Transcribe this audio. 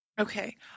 Okay